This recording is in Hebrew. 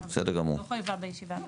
לא חייבים כבר בישיבה הבאה.